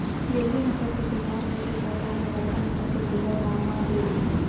देसी नसल के सुधार बर ही सरकार ह बड़का नसल के गोल्लर गाँव म दे रहिथे